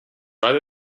rather